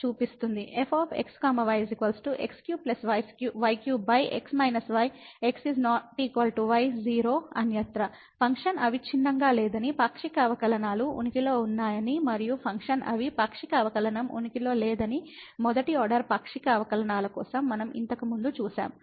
f x y x3 y3x−y x ≠ y 0 అన్యత్రా function అవిచ్ఛిన్నంగా లేదని పాక్షిక అవకలనాలు ఉనికిలో ఉన్నాయని మరియు ఫంక్షన్ అవి పాక్షిక అవకలనం ఉనికిలో లేదని మొదటి ఆర్డర్ పాక్షిక అవకలనాలు కోసం మనం ఇంతకు ముందు చూశాము